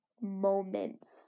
moments